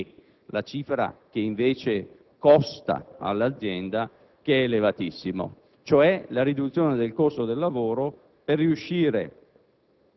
di prendere seriamente in considerazione le problematiche relative al costo del lavoro nel nostro Paese e, quindi, quelle che